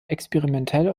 experimentell